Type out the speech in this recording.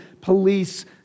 police